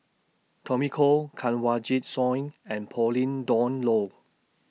Tommy Koh Kanwaljit Soin and Pauline Dawn Loh